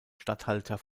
statthalter